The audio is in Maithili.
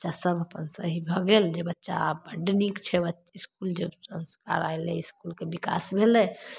से सब अपन सही भऽ गेल जे बच्चा आब बड्ड नीक छै इसकुलके संस्कार अएलै इसकुलके विकास भेलै